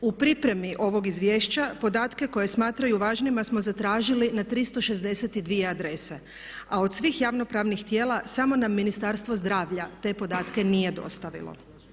U pripremi ovog izvješća podatke koje smatraju važnima smo zatražili na 362 adrese a od svih javno pravnih tijela samo nam Ministarstvo zdravlja te podatke nije dostavilo.